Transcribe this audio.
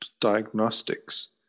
diagnostics